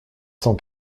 cent